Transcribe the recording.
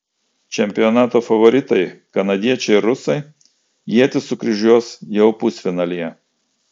čempionato favoritai kanadiečiai ir rusai ietis sukryžiuos jau pusfinalyje